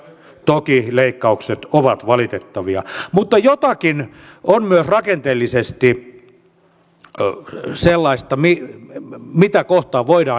toki leikkaukset ovat valitettavia mutta jotakin on myös rakenteellisesti sellaista mitä kohtaan voidaan esittää kritiikkiä